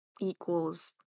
equals